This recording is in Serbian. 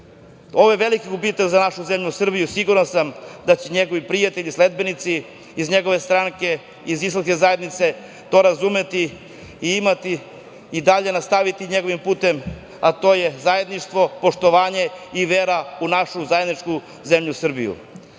su. Ovo je veliki gubitak za našu zemlju Srbiju. Siguran sam da će njegovi prijatelji, sledbenici iz njegove stranke, iz Islamske zajednice to razumeti i dalje nastavi njegovim putem, a to je zajedništvo, poštovanje i vera u našu zajedničku zemlju Srbiju. Još